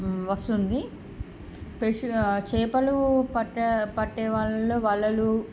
వస్తుంది స్పె చేపలు పట్టే పట్టే వాళ్ళల్లో వలలు